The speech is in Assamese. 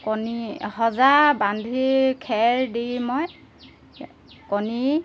কণী সজা বান্ধি খেৰ দি মই কণী